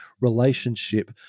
relationship